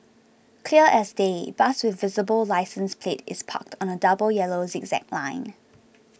clear as day bus with visible licence plate is parked on a double yellow zigzag line